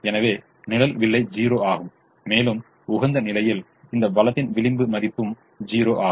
எனவே நிழல் விலை ௦ ஆகும் மேலும் உகந்த நிலையில் இந்த வளத்தின் விளிம்பு மதிப்பும் 0 ஆகும்